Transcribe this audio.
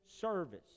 service